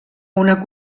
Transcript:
una